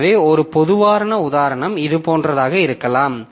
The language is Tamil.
எனவே ஒரு பொதுவான உதாரணம் இது போன்றதாக இருக்கலாம்